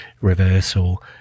reversal